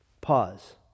Pause